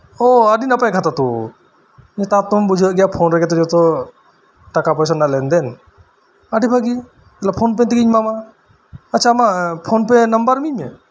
ᱳ ᱟᱰᱤ ᱱᱟᱯᱟᱭ ᱠᱟᱛᱷᱟ ᱛᱚ ᱱᱮᱛᱟᱨ ᱛᱚᱢ ᱵᱩᱡᱷᱟᱹᱣᱮᱫ ᱜᱮᱭᱟ ᱯᱷᱳᱱ ᱨᱮᱜᱮ ᱡᱚᱛᱚ ᱴᱟᱠᱟ ᱯᱚᱭᱥᱟ ᱨᱮᱱᱟᱜ ᱞᱮᱱᱫᱮᱱ ᱟᱰᱤ ᱵᱷᱟᱜᱤ ᱛᱟᱦᱞᱮ ᱯᱷᱳᱱ ᱯᱮᱹ ᱛᱮᱜᱮᱧ ᱮᱢᱟᱢᱟ ᱟᱪᱪᱷᱟ ᱟᱢᱟᱜ ᱯᱷᱳᱱ ᱯᱮᱹ ᱱᱟᱢᱵᱟᱨ ᱤᱢᱟᱹᱧ ᱢᱮ